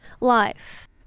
life